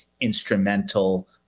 instrumental